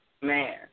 man